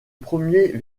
premier